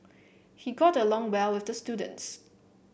he got along well with the students